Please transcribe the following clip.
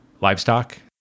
livestock